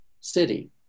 city